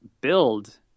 build